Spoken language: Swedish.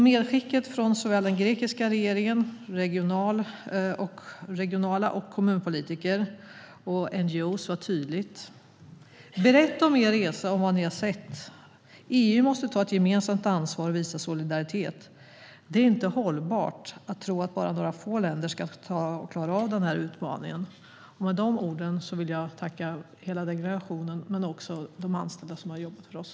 Medskicket från såväl den grekiska regeringen som regional och kommunpolitiker samt NGO:er var tydligt: Berätta om er resa och vad ni har sett! EU måste ta ett gemensamt ansvar och visa solidaritet. Det är inte hållbart att tro att bara några få länder ska klara av denna utmaning. Med dessa ord vill jag tacka hela delegationen men också de anställda som har jobbat för oss.